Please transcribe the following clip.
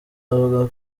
avuga